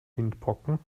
windpocken